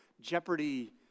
Jeopardy